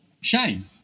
shame